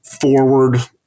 forward